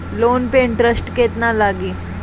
Loan पे interest केतना लागी?